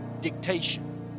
dictation